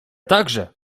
także